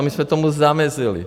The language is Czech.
My jsme tomu zamezili.